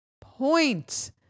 point